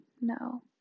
no